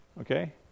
Okay